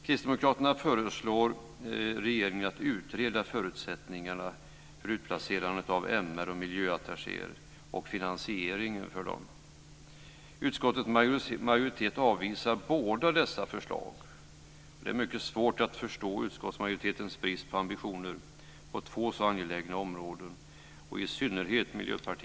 Kristdemokraterna föreslår regeringen att utreda förutsättningarna för utplacerandet av MR och miljöattachéer och finansieringen av dem. Utskottets majoritet avvisar båda dessa förslag. Det är mycket svårt att förstå utskottsmajoritetens brist på ambitioner på två så angelägna områden, och i synnerhet Fru talman!